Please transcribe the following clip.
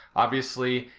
obviously,